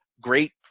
great